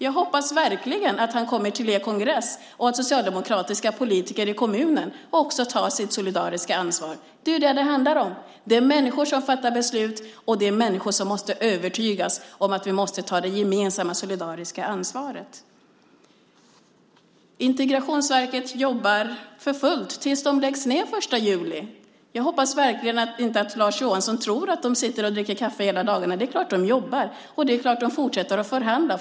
Jag hoppas verkligen att Tobias Billström kommer till er kongress och att socialdemokratiska politiker i kommunerna också tar sitt solidariska ansvar. Det är det det handlar om. Det är människor som fattar beslut, och det är människor som måste övertygas om att vi måste ta det gemensamma solidariska ansvaret. Integrationsverket jobbar för fullt tills det läggs ned den 1 juli. Jag hoppas verkligen inte att Lars Johansson tror att personalen sitter och dricker kaffe hela dagarna. Det är klart att de jobbar! Det är klart att de fortsätter att förhandla.